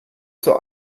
zur